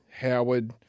Howard